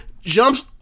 jumps